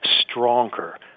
stronger